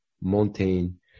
mountain